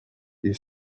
you